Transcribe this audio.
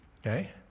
Okay